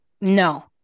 No